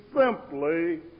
simply